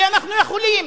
כי אנחנו יכולים.